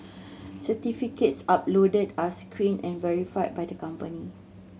certificates uploaded are screened and verified by the company